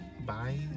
Bye